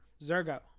Zergo